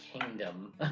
kingdom